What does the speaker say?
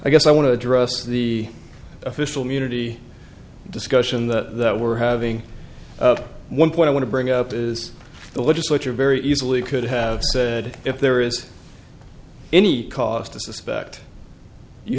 i guess i want to address the official munity discussion that we're having one point i want to bring up is the legislature very easily could have said if there is any cause to suspect you